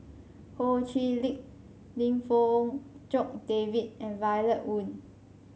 Ho Chee Lick Lim Fong Jock David and Violet Oon